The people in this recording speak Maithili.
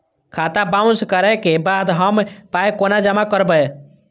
खाता बाउंस करै के बाद हम पाय कोना जमा करबै?